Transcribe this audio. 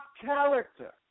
character